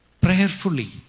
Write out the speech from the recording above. prayerfully